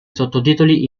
sottotitoli